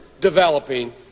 developing